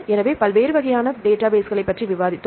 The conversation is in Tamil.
எனவே பல்வேறு வகையான டேட்டாபேஸ்களைப் பற்றி விவாதித்தோம்